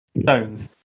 stones